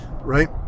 right